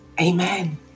Amen